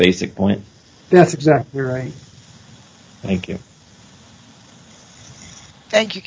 basic point that's exactly right thank you thank you